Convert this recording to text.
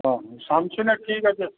স্যামসাংয়ের ঠিক আছে